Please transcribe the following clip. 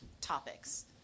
topics